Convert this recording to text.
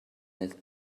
nate